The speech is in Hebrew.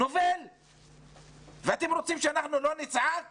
ואתם עוד רוצים שאנחנו לא נצעק